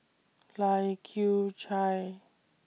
Lai Kew Chai